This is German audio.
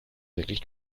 wirklich